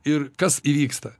ir kas įvyksta